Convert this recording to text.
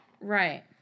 Right